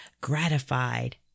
gratified